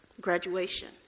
graduation